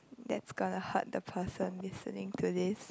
that's gonna hurt the person listening to this